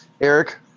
Eric